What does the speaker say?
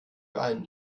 einen